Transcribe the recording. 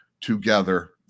together